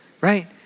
Right